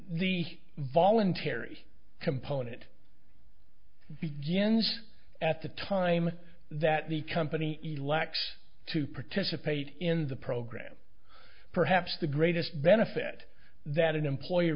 the voluntary component begins at the time that the company he lacks to participate in the program perhaps the greatest benefit that an employer